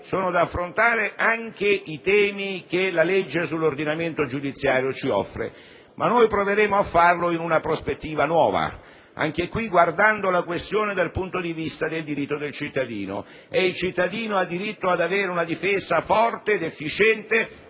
Sono da affrontare anche i temi che la legge sull'ordinamento giudiziario ci offre. Noi proveremo a farlo in una prospettiva nuova, guardando la questione, anche in questo caso, dal punto di vista del diritto del cittadino. Quindi diritto ad avere una difesa forte ed efficiente